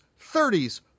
30s